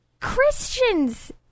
Christians